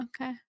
Okay